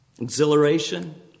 Exhilaration